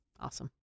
Awesome